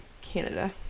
Canada